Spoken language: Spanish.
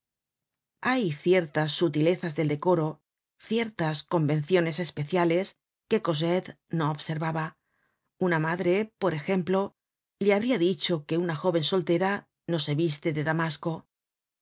hay ciertas sutilezas del decoro ciertas convenciones especiales que cosette no observaba una madre por ejemplo le habria dicho que una jóven soltera no se viste de damasco el